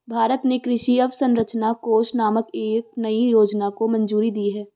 भारत ने कृषि अवसंरचना कोष नामक एक नयी योजना को मंजूरी दी है